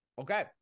Okay